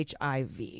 hiv